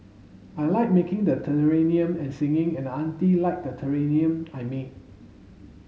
I like making the terrarium and singing and the auntie liked the terrarium I made